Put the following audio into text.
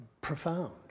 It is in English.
profound